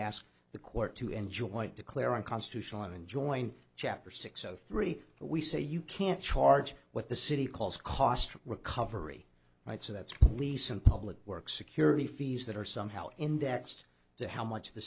ask the court to enjoin declare unconstitutional enjoying chapter six o three we say you can't charge what the city calls cost recovery right so that's lease and public works security fees that are somehow indexed to how much the